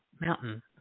Mountain